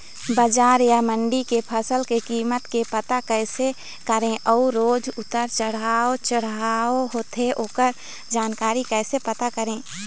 बजार या मंडी के फसल के कीमत के पता कैसे करें अऊ रोज उतर चढ़व चढ़व होथे ओकर जानकारी कैसे पता करें?